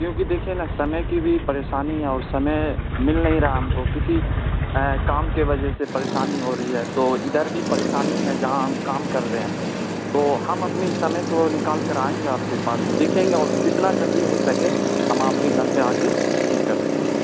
کیونکہ دیکھیے نا سمے کی بھی پریشانی ہے اور سمے مل نہیں رہا ہم کو کسی کام کی وجہ سے پریشانی ہو رہی ہے تو ادھر بھی پریشانی ہے جہاں ہم کام کر رہے ہیں تو ہم اپنے سمے کو نکال کر آئیں گے آپ کے پاس دیکھیں گے اور جتنا جلدی ہو سکے ہم آپ کے گھر پہ آ کے ٹھیک کر دیں گے